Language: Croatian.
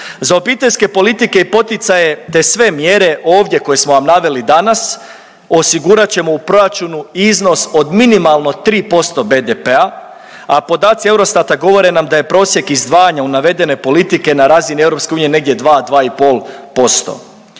Za obiteljske politike i poticaje te sve mjere ovdje koje smo vam naveli danas osigurat ćemo u proračunu iznos od minimalno 3% BDP-a, a podaci Eurostata govore nam da je prosjek izdvajanja u navedene politike na razini EU negdje 2-2,5%,